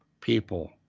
people